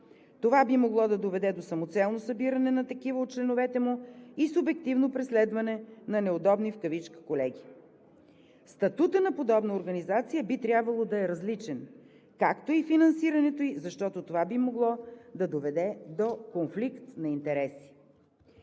Това би могло да доведе до самоцелно събиране на такива от членовете му и субективно преследване на неудобни в кавички колеги. Статутът на подобна организация би трябвало да е различен, както и финансирането ѝ, защото това би могло да доведе до конфликт на интереси.